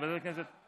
ועדת הכנסת?